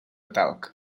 talc